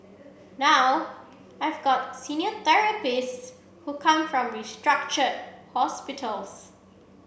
now I've got senior therapists who come from restructured hospitals